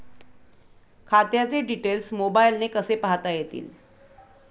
खात्याचे डिटेल्स मोबाईलने कसे पाहता येतील?